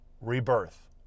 rebirth